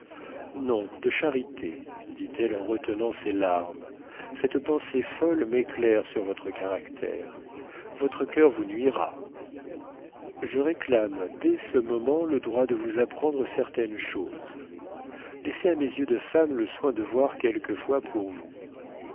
non de charité dit-elle en retenant ses larmes cette pensée folle m'éclaire sur votre caractère votre cœur vous nuira je réclame dès ce moment le droit de vous apprendre certaines choses laissez à mes yeux de femme le soin de voir quelquefois pour vous